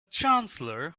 chancellor